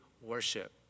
worship